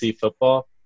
football